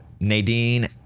Nadine